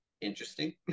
interesting